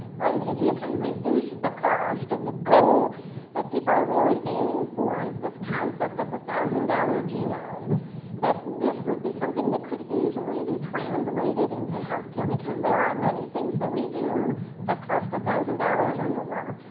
right? if you can reduce the cost and the goal that people are really aiming for is this concept of the one thousand dollars genome that this would be something that could easily be translated into health care because there are many things that we do that cost one thousand dollars or more.